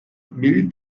milli